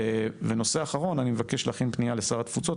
נושא אחרון אני מבקש להכין פנייה לשר התפוצות.